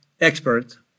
experts